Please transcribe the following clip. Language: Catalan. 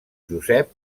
josep